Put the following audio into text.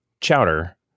chowder